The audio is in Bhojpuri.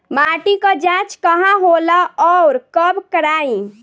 माटी क जांच कहाँ होला अउर कब कराई?